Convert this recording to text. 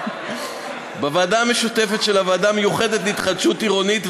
בוועדה המשותפת של הוועדה המיוחדת להתחדשות עירונית,